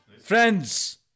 Friends